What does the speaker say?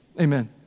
amen